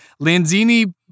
Lanzini